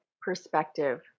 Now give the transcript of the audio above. perspective